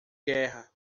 guerra